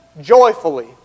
joyfully